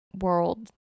world